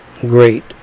great